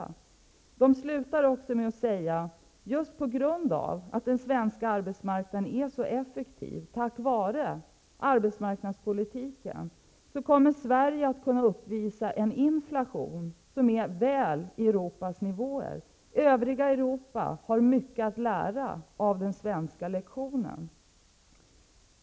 The Economist slutar också sin artikel med att säga: ''Just på grund av att den svenska arbetsmarknaden är så effektiv, tack vare arbetsmarknadspolitiken, kommer Sverige att kunna uppvisa en inflation som är väl på Europas nivåer. Övriga Europa har mycket att lära av den svenska lektionen.''